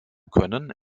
können